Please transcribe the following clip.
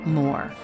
more